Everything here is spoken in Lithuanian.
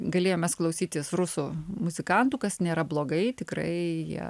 galėjom mes klausytis rusų muzikantų kas nėra blogai tikrai jie